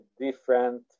different